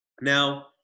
Now